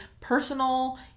personal